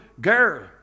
girl